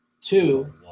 Two